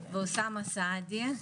ואוסאמה סעדי.